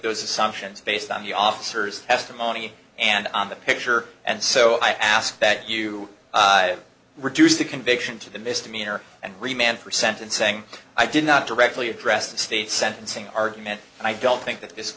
those assumptions based on the officer's testimony and on the picture and so i ask that you reduce the conviction to the misdemeanor and remain percent in saying i did not directly address the state sentencing argument and i don't think that this